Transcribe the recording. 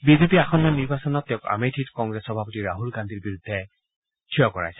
বিজেপিয়ে আসন্ন নিৰ্বাচনত তেওঁক আমেথিত কংগ্ৰেছ সভাপতি ৰাহুল গান্ধীৰ বিৰুদ্ধে থিয় কৰাইছে